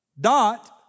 dot